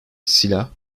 silah